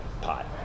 pot